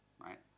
right